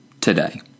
today